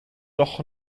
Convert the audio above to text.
doch